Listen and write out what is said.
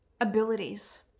abilities